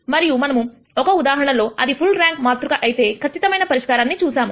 మరియు మనము ఒక ఉదాహరణలో అది ఫుల్ ర్యాంక్ మాతృక అయితే ఖచ్చితమైనపరిష్కారాన్ని చూశాము